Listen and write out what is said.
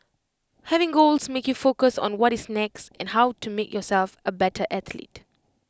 having goals makes you focus on what is next and how to make yourself A better athlete